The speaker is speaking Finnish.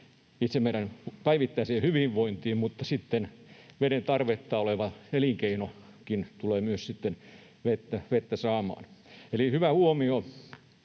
itse meidän päivittäiseen hyvinvointiin mutta sitten vettä tarvitseville elinkeinoillekin, tullaan myös vettä saamaan. Eli hyvä huomio